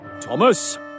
Thomas